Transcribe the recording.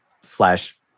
slash